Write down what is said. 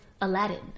Aladdin